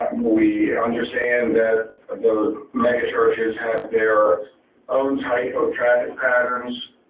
we understand that the mega churches have their own type of traffic patterns